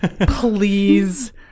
Please